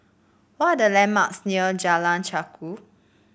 what are the landmarks near Jalan Chichau